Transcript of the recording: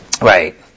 Right